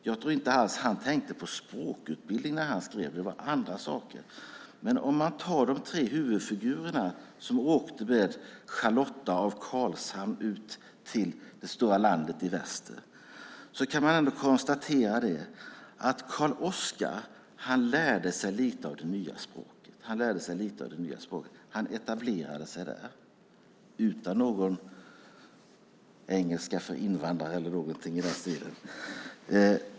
Jag tror inte alls att han tänkte på språkutbildning när han skrev, utan på andra saker. Men man kan titta på de tre huvudfigurerna som åkte med Charlotta af Carlshamn till det stora landet i väster. Då kan man konstatera att Karl-Oskar lärde sig lite av det nya språket. Han etablerade sig utan någon engelska för invandrare eller någonting i den stilen.